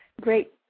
great